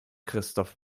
christoph